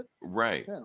Right